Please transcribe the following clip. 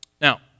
Now